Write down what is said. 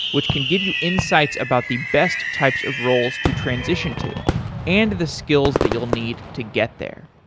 which can give you insights about the best types of roles to transition to and the skills that you'll need to get there.